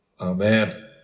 Amen